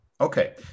Okay